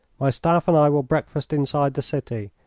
my staff and i will breakfast inside the city.